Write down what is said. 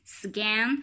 scan